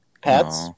pets